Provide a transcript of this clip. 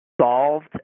solved